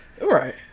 Right